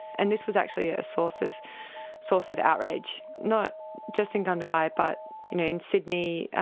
and this was actually a source of source of outrage, not just in gundagai but in in sydney, ah